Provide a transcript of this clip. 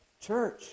Church